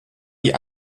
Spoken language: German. die